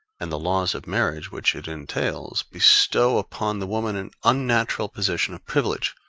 and the laws of marriage which it entails, bestow upon the woman an unnatural position of privilege,